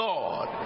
Lord